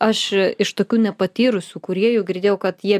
aš iš tokių nepatyrusių kūrėjų girdėjau kad jie